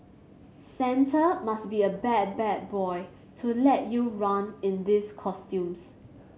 Santa must be a bad bad boy to let you run in these costumes